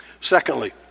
Secondly